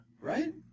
right